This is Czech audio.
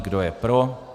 Kdo je pro?